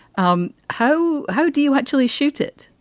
um how how do you actually shoot it?